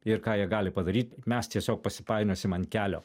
ir ką jie gali padaryt mes tiesiog pasipainiosim an kelio